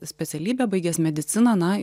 specialybę baigęs mediciną na